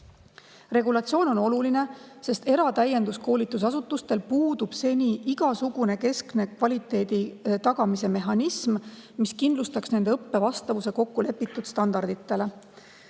Regulatsioon on oluline, sest eratäienduskoolitusasutustel puudub praegu igasugune keskne kvaliteedi tagamise mehhanism, mis kindlustaks nende õppe vastavuse kokkulepitud standarditele.